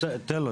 בהתאם לזה,